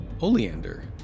Oleander